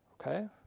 Okay